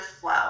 flow